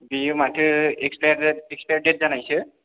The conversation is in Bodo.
बियो माथो एक्सपायार एक्सपायार डेट जानायसो